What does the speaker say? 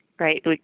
Right